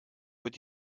wird